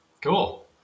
Cool